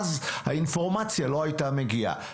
אבל אז האינפורמציה לא הייתה מגיעה.